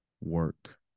work